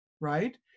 right